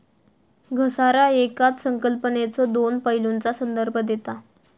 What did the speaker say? घसारा येकाच संकल्पनेच्यो दोन पैलूंचा संदर्भ देता